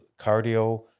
cardio